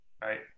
right